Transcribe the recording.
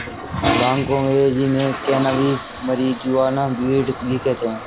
भांग को अंग्रेज़ी में कैनाबीस, मैरिजुआना, वीड भी कहते हैं